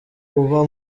uba